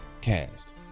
Cast